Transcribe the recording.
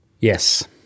Yes